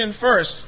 first